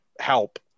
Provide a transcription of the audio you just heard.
help